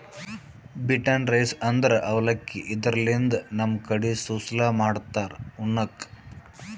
beaten rice ಅಂದ್ರ ಅವಲಕ್ಕಿ, ಇದರ್ಲಿನ್ದ್ ನಮ್ ಕಡಿ ಸುಸ್ಲಾ ಮಾಡ್ತಾರ್ ಉಣ್ಣಕ್ಕ್